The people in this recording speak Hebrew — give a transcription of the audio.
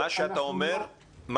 מה שאתה אומר,